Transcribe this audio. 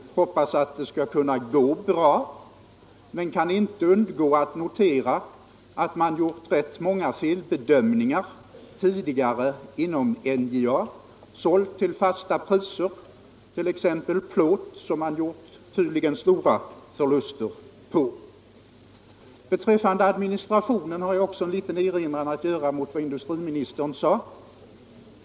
Vi hoppas att det skall gå bra, men vi kan inte undgå att notera att man tidigare gjort rätt många felbedömningar inom NJA; man har sålt t.ex. plåt till fasta priser och tydligen gjort stora förluster. Även vad beträffar administrationen har jag en liten erinran att göra mot vad industriministern sade.